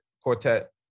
Quartet